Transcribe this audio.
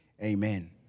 Amen